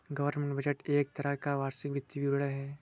government budget एक तरह का वार्षिक वित्तीय विवरण है